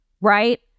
right